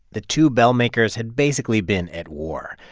the two bell makers had basically been at war.